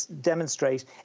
demonstrate